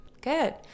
Good